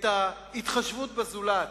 את ההתחשבות בזולת,